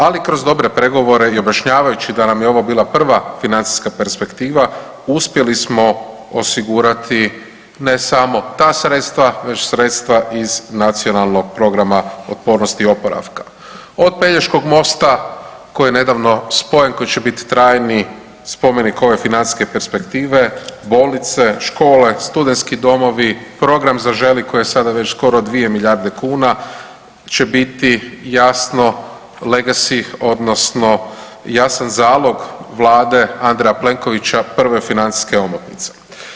Ali kroz dobre pregovore i objašnjavajući da nam je ovo bila prva financijska perspektiva uspjeli smo osigurati ne samo ta sredstva već sredstva iz Nacionalnog programa otpornosti i oporavka od Pelješkog mosta koji je nedavno spojen, koji će biti trajni spomenik ove financijske perspektive, bolnice, škole, studentski domovi, program „Zaželi“ koji je sada već 2 milijarde kuna će biti jasno legesi odnosno jasan zalog Vlade Andreja Plenkovića, prve financijske omotnice.